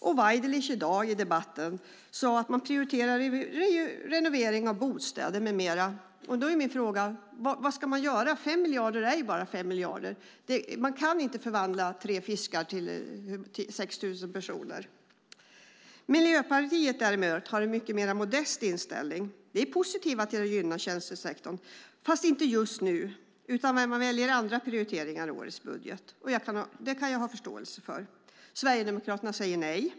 Tidigare i debatten här i dag sade Waidelich att man prioriterar renovering av bostäder med mera. Då är min fråga: Vad ska man göra? 5 miljarder är bara 5 miljarder. Men man kan inte förvandla 3 fiskar till 6 000 tusen personer. Miljöpartiet däremot har en mycket modestare inställning: Vi är positiva till att gynna tjänstesektorn fast inte just nu. Man väljer andra prioriteringar i årets budget. Det kan jag ha förståelse för. Sverigedemokraterna säger nej.